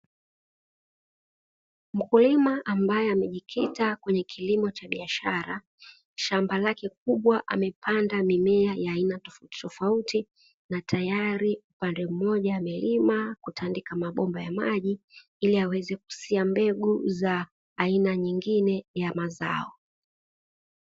Mkulima ambaye amejikita kwenye kilimo cha biashara, shamba lake kubwa amepanda mimea ya aina tofauti tofauti, na tayari upande mmoja amelima, kutanidika mabomba ya maji ili aweze kusia mbegu za aina nyingine ya mazao.